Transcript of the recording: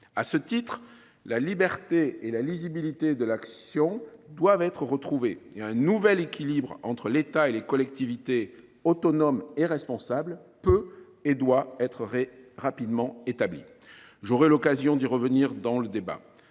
À cet égard, la liberté et la lisibilité de l’action doivent être retrouvées, et un nouvel équilibre entre l’État et des collectivités autonomes et responsables peut et doit être rapidement établi. J’aurai l’occasion d’y revenir au cours du débat.